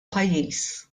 pajjiż